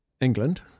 England